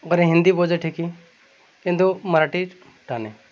ওখানে হিন্দি বোঝে ঠিকই কিন্তু মারাঠির টানে